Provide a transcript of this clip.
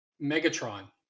megatron